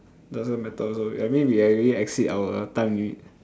doesn't matter also I mean we have already exceed our time limit